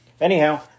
Anyhow